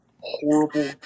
horrible